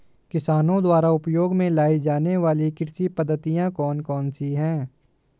किसानों द्वारा उपयोग में लाई जाने वाली कृषि पद्धतियाँ कौन कौन सी हैं?